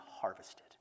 harvested